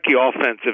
offensive